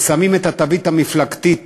ושמים את התווית המפלגתית